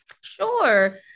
Sure